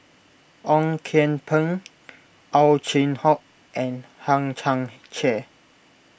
Ong Kian Peng Ow Chin Hock and Hang Chang Chieh